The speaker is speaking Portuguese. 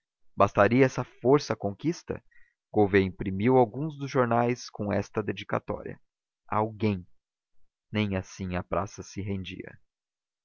bastaria essa força à conquista gouveia imprimiu alguns em jornais com esta dedicatória a alguém nem assim a praça se rendia